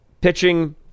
pitching